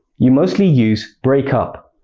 you mostly use break up.